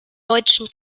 deutschen